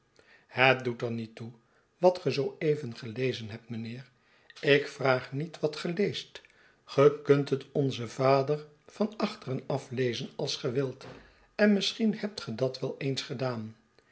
het doet er niet toe wat ge zoo even gelezen hebt mijnheer ik vraag niet wat ge leest ge kunt het onze vader van achteren af lezen als ge wilt en misschien hebt ge dat wel eens gedaan